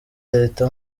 leta